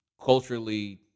culturally